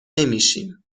نمیشیم